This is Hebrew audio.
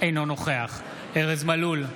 אינו נוכח ארז מלול,